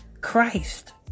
Christ